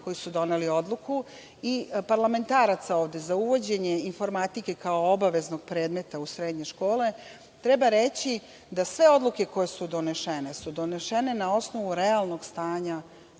koji su doneli odluku i parlamentaraca ovde za uvođenje informatike kao obaveznog predmeta u srednje škole, treba reći da sve odluke koje su donesene su donesene na osnovu realnog stanja